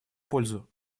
пользу